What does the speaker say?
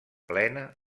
plena